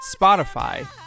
Spotify